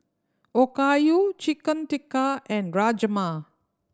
Okayu Chicken Tikka and Rajma